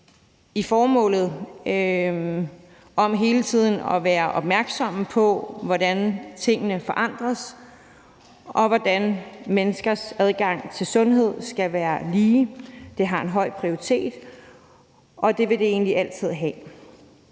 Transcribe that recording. i formålet om hele tiden at være opmærksomme på, hvordan tingene forandres, og hvordan menneskers adgang til sundhed skal være lige. Det har en høj prioritet, og det vil det egentlig altid have.